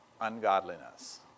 ungodliness